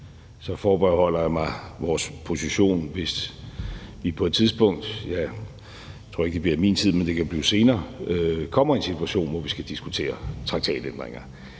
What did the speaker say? Så forbeholder jeg mig vores position, hvis vi på et tidspunkt – jeg tror ikke, det bliver i min tid, men det kan blive senere – kommer i en situation, hvor vi skal diskutere traktatændringer,